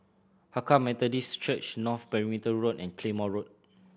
Hakka Methodist Church North Perimeter Road and Claymore Road